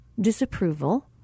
disapproval